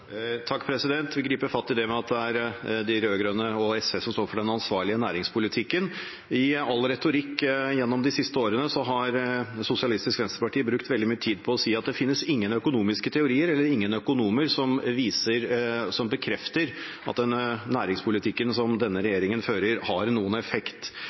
fatt i det med at det er de rød-grønne og SV som står for den ansvarlige næringspolitikken. I all retorikk gjennom de siste årene har Sosialistisk Venstreparti brukt veldig mye tid på å si at det ikke finnes noen økonomiske teorier eller økonomer som bekrefter at den næringspolitikken som denne regjeringen fører, har noen effekt.